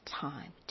time